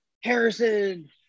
Harrison